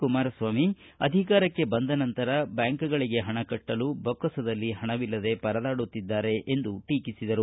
ಕುಮಾರಸ್ವಾಮಿ ಅಧಿಕಾರಕ್ಕೆ ಬಂದ ನಂತರ ಬ್ಯಾಂಕುಗಳಿಗೆ ಹಣಕಟ್ಟಲು ದೊಕ್ಕಸದಲ್ಲಿ ಹಣವಿಲ್ಲದೆ ಪರದಾಡುತ್ತಿದ್ದಾರೆ ಎಂದು ಟೀಕಿಸಿದರು